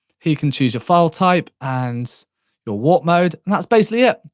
here you can choose your file type and your warp mode. and that's basically it.